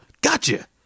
Gotcha